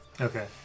Okay